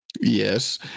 yes